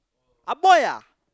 ah boy ah